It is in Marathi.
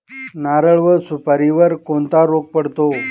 नारळ व सुपारीवर कोणता रोग पडतो?